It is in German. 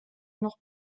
noch